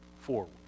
forward